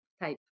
type